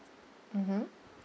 mmhmm